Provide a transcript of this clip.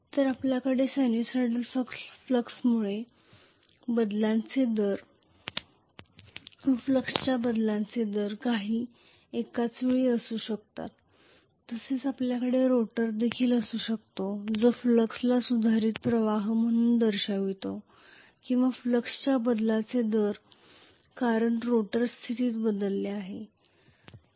तर आपल्याकडे सायनुसायडल फ्लक्समुळे फ्लक्सच्या बदलांचे दर एकाच वेळी असू शकतात तसेच आपल्याकडे रोटर देखील असू शकतो जो फ्लक्सला सुधारित प्रवाह म्हणून दर्शवितो किंवा फ्लक्सच्या बदलाचा दर कारण रोटर स्थितीत बदलला आहे